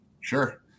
sure